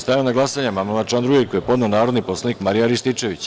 Stavljam na glasanje amandman na član 2. koji je podneo narodni poslanik Marijan Rističević.